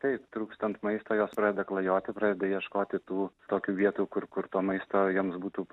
taip trūkstant maisto jos pradeda klajoti pradeda ieškoti tų tokių vietų kur kur to maisto joms būtų